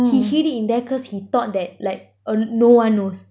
he hid it in there cause he thought that like on~ no one knows